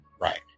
Right